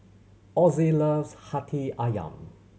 Ossie loves Hati Ayam